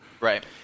right